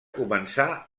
començà